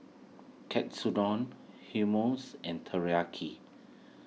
Katsudon Hummus and Teriyaki